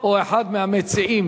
או אחד המציעים.